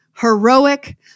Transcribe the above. heroic